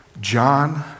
John